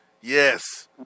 Yes